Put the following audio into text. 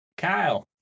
Kyle